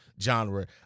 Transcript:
genre